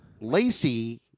Lacey